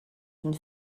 une